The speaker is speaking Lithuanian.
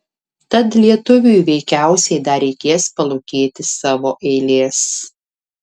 tad lietuviui veikiausiai dar reikės palūkėti savo eilės